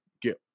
get